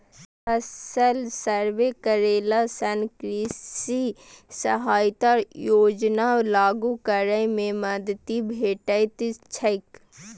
फसल सर्वे करेला सं कृषि सहायता योजना लागू करै मे मदति भेटैत छैक